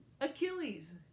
Achilles